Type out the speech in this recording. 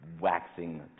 waxing